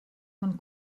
von